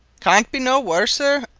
can't be no worser.